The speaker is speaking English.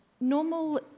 Normal